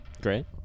Great